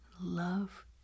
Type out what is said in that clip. love